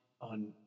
on